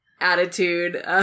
attitude